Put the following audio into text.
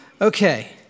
Okay